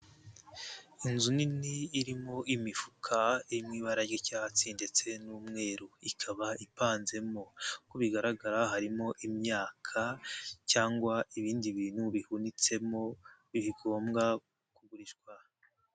Inzu nini irimo imifukarimo iri mu ibara ry'icyatsi ndetse n'umweru, ikaba ipanzemo, uko bigaragara harimo imyaka cyangwa ibindi bintu bihunitsemo, bigombambwa kugurishwa.